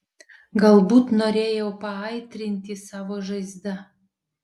galbūt norėjau paaitrinti savo žaizdą